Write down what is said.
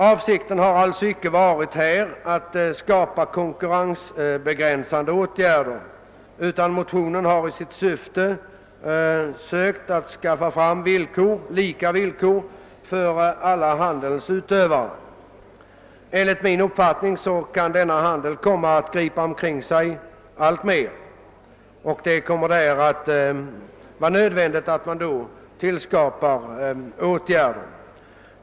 Avsikten har alltså icke varit att få till stånd konkurrensbegränsande åtgärder, utan motionens syfte är att åstadkomma lika villkor för alla handelns utövare. Enligt min uppfattning kan nu ifrågavarande handel komma att gripa omkring sig alltmer, och det kommer då att bli nödvändigt att man vidtar åtgärder med anledning därav.